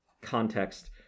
context